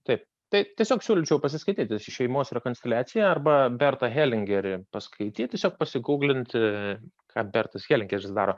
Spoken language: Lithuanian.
taip tai tiesiog siūlyčiau pasiskaityti šeimos rekonfiliacija arba bertą helingerį paskaityti tiesiog pasiguglinti ką bertas helingeris daro